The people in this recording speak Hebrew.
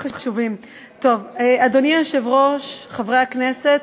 אדוני היושב-ראש, חברי הכנסת,